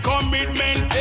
commitment